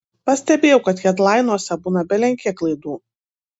pastebėjau kad hedlainuose būna belekiek klaidų